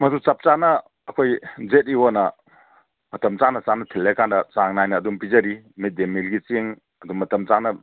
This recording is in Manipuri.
ꯃꯗꯨ ꯆꯞꯆꯥꯅ ꯑꯩꯈꯣꯏ ꯖꯦꯠ ꯏ ꯑꯣꯅ ꯃꯇꯝ ꯆꯥꯅ ꯆꯥꯅ ꯊꯤꯜꯂꯦꯀꯥꯟꯗ ꯆꯥꯡ ꯅꯥꯏꯅ ꯑꯗꯨꯝ ꯄꯤꯖꯔꯤ ꯃꯤꯠ ꯗꯦ ꯃꯤꯜꯀꯤ ꯆꯦꯡ ꯑꯗꯨꯝ ꯃꯇꯝ ꯆꯥꯅ